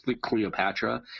Cleopatra